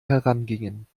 herangingen